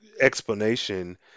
explanation